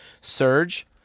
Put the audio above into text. Surge